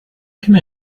come